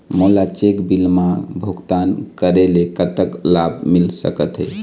मोला cheque bill मा भुगतान करेले कतक लाभ मिल सकथे?